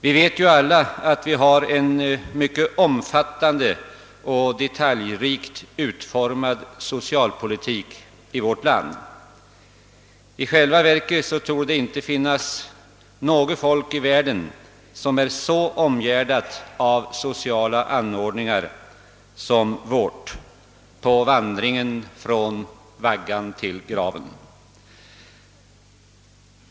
Vi vet ju alla, att vi har en mycket omfattande och detaljrikt utformad socialpolitik i vårt land. I själva verket torde det inte finnas något folk i världen som är så omgärdat av sociala anordningar som vårt folk på vandringen från vaggan till graven.